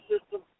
system